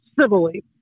civilly